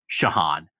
Shahan